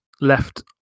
left